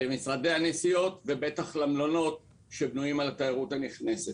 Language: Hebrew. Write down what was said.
למשרדי הנסיעות ובטח למלונות שבנויים על התיירות הנכנסת.